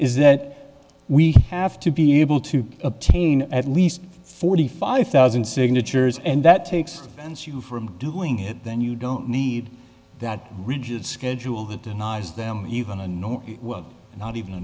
is that we have to be able to obtain at least forty five thousand signatures and that takes and so you from doing it then you don't need that rigid schedule that denies them even a no not even a